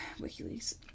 WikiLeaks